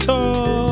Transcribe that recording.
Talk